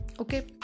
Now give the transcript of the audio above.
okay